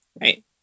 Right